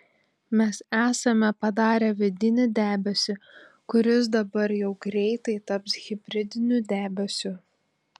mes esame padarę vidinį debesį kuris dabar jau greitai taps hibridiniu debesiu